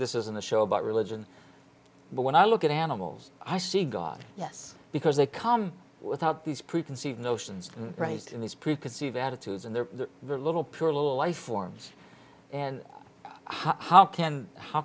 this isn't a show about religion but when i look at animals i see god yes because they come without these preconceived notions raised in these preconceived attitudes and they're the little pure life forms and how can how